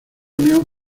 unión